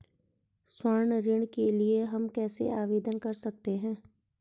स्वर्ण ऋण के लिए हम कैसे आवेदन कर सकते हैं?